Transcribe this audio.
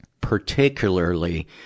particularly